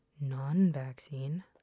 non-vaccine